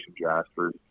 Jasper